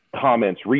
comments